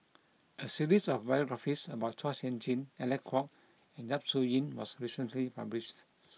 a series of biographies about Chua Sian Chin Alec Kuok and Yap Su Yin was recently published